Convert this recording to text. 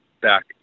back